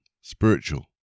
spiritual